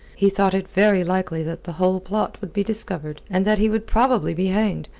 he thought it very likely that the whole plot would be discovered, and that he would probably be hanged,